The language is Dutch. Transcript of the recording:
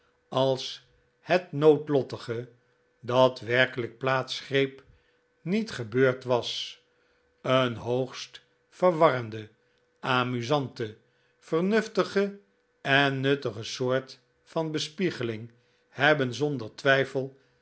als het noodlottige dat werkelijk plaatsgreep niet gebeurd was een hoogst verwarrende amusante verntiftige en nuttige soort van bespiegeling hebben zonder twijfel